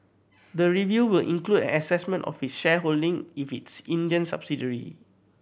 the review will include assessment of its shareholding if its Indian subsidiary